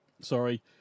sorry